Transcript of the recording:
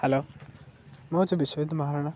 hello ମୁଁ ହେଉଛି ବିଶ୍ୱଜିତ ମହାରଣା